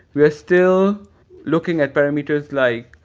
we are still looking at parameters like,